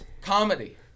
comedy